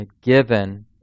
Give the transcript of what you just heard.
given